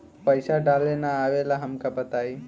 पईसा डाले ना आवेला हमका बताई?